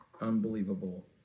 unbelievable